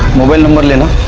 mobile number and